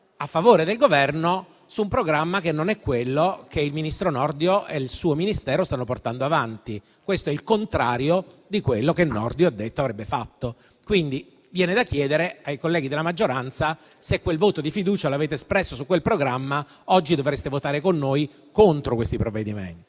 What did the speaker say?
a favore del Governo su un programma che non è quello che il ministro Nordio e il suo Ministero stanno portando avanti. Questo è il contrario di quello che Nordio ha detto che avrebbe fatto. Viene da dire ai colleghi della maggioranza che se quel voto di fiducia l'hanno espresso su quel programma, oggi dovrebbero votare con noi contro questi provvedimenti.